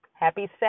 Happy